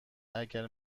اگر